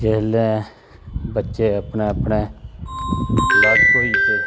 जिसलै बच्चे अपने अपने लग्ग होआ जंदे